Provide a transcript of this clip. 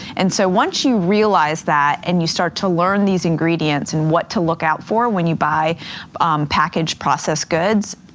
and so once you realize that and you start to learn these ingredients and what to look out for when you buy packaged process goods,